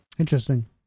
interesting